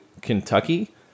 Kentucky